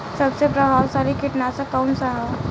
सबसे प्रभावशाली कीटनाशक कउन सा ह?